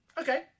Okay